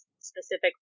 specific